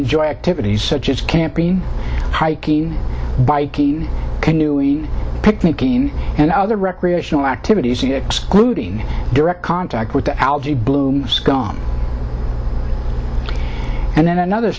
enjoy activities such as camping hiking biking canoe e picnicking and other recreational activities and excluding direct contact with the algae bloom is gone and then another